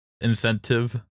incentive